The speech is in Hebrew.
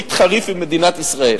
בקונפליקט חריף עם מדינת ישראל.